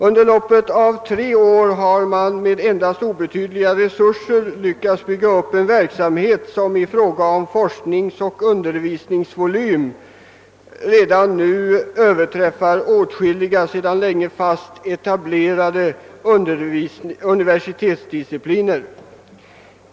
Under loppet av tre år har man med endast obetydliga resurser lyckats bygga upp en verksamhet som i fråga om forskningsoch .undervisningsvolym redan överträffar åtskilliga sedan länge fast etablerade <universitetsdiscipliner.